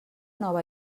nova